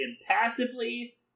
impassively